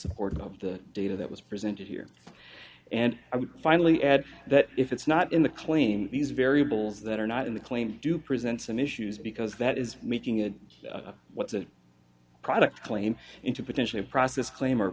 support of the data that was presented here and finally add that if it's not in the claim use variables that are not in the claim do present some issues because that is making it what the products claim into potentially a process claim or